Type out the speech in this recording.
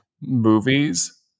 movies